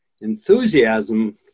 enthusiasm